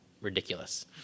ridiculous